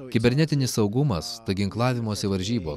kibernetinis saugumas tai ginklavimosi varžybos